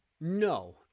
No